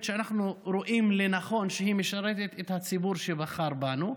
שאנחנו רואים שמשרתת את הציבור שבחר בנו.